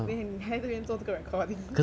then 你还这边做这个 recording